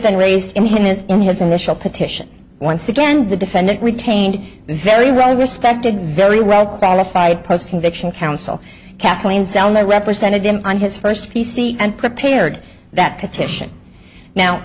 been raised in his in his initial petition once again the defendant retained very well respected very well qualified post conviction counsel kathleen zellner represented him on his first p c and prepared that